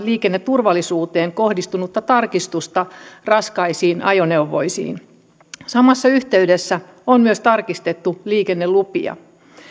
liikenneturvallisuuteen kohdistunutta tarkistusta raskaisiin ajoneuvoihin samassa yhteydessä on myös tarkistettu liikennelupia